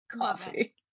Coffee